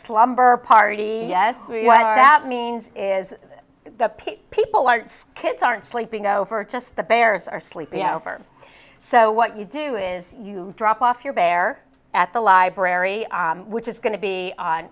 slumber party yes that means is the pick people are kids aren't sleeping over just the bears are sleeping over so what you do is you drop off your bear at the library which is going to be on